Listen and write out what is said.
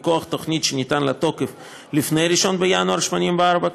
מכוח תוכנית שניתן לה תוקף לפני 1 בינואר 1984,